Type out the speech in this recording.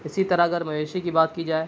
اسی طرح اگر مویشی کی بات کی جائے